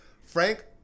Frank